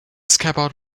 scabbard